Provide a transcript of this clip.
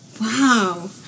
Wow